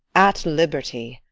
at liberty.